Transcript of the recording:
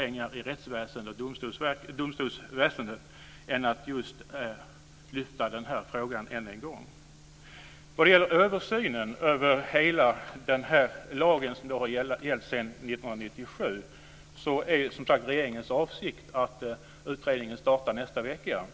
inom rättsväsendet och domstolsväsendet än att just dryfta den här frågan än en gång. Vad gäller översynen av hela den här lagen, som har gällt sedan 1997, är som sagt regeringens avsikt att utredningen ska starta nästa vecka.